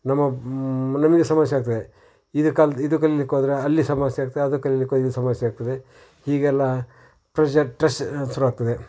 ನಮಗೆ ನಮಗೆ ಸಮಸ್ಯೆ ಆಗ್ತದೆ ಇದು ಕಲ್ತು ಇದು ಕಲಿಲಿಕ್ಕೆ ಹೋದ್ರೆ ಅಲ್ಲಿ ಸಮಸ್ಯೆ ಆಗತ್ತೆ ಅದು ಕಲಿಲಿಕ್ಕೆ ಓ ಇಲ್ಲಿ ಸಮಸ್ಯೆ ಆಗ್ತದೆ ಈಗೆಲ್ಲಾ ಪ್ರೊಜೆಕ್ಟ್ರೆಸ್ ಶುರು ಆಗ್ತದೆ